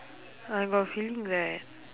I got a feeling that